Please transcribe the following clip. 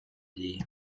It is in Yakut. дии